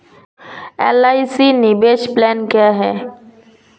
LIC निवेश plan क्या है?